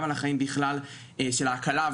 גם על החיים בכלל בשל ההקלה,